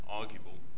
arguable